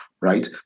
right